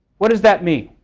what does that mean?